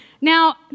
Now